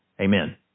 Amen